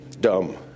dumb